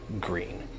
green